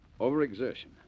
Overexertion